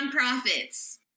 nonprofits